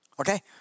Okay